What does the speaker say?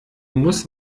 muss